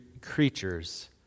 creatures